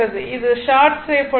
அது ஷார்ட் செய்யப்பட்டுள்ளது